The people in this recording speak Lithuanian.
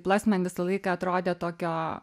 plast man visą laiką atrodė tokio